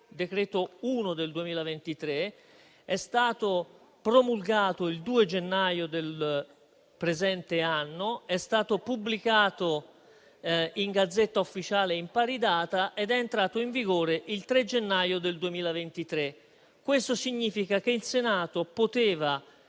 n. 1 del 2023 è stato promulgato il 2 gennaio del presente anno, è stato pubblicato in *Gazzetta Ufficiale* in pari data ed è entrato in vigore il 3 gennaio 2023. Questo significa che il Senato poteva